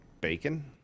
bacon